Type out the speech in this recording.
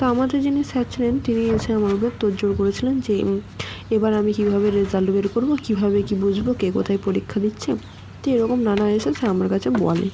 তো আমাদের যিনি স্যার ছিলেন তিনি এসে আমার উপরে তোড় জোড় করেছিলেন যে এবার আমি কীভাবে রেজাল্ট বের করব কীভাবে কী বুঝব কে কোথায় পরীক্ষা দিচ্ছে দিয়ে এরকম নানা এসে সে আমার কাছে বলে